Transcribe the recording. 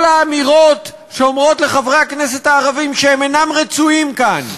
כל האמירות שאומרות לחברי הכנסת הערבים שהם אינם רצויים כאן,